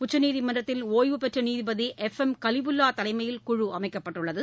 உச்சநீதிமன்றத்தின் ஓய்வு பெற்ற முன்னாள் நீதிபதி எஃப் எம் கலிபுல்லா தலைமையில் குழு அமைக்கப்பட்டுள்ளது